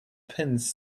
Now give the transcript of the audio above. pins